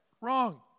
Wrong